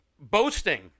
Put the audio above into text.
boasting